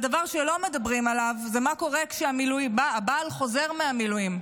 הדבר שלא מדברים עליו הוא מה קורה כשהבעל חוזר מהמילואים,